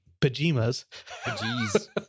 pajamas